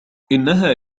إنها